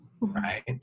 right